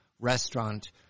restaurant